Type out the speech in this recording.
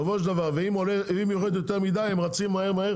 ואם יורד יותר מדי הם רצים מהר מהר